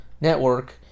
network